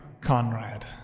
Conrad